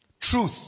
Truth